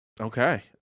Okay